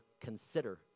consider